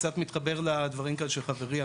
זה קצת מתחבר לדברים של חברי,